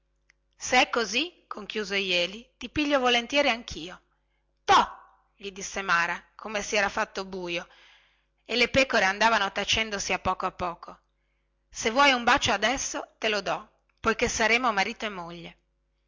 se è così conchiuse jeli ti piglio volentieri anchio to gli disse mara come si era fatto buio e le pecore andavano tacendosi a poco a poco se vuoi un bacio adesso te lo dò perchè saremo marito e moglie